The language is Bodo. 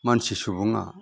मानसि सुबुङा